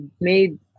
made